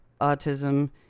autism